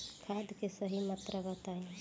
खाद के सही मात्रा बताई?